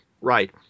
Right